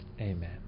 Amen